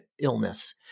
Illness